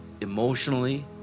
emotionally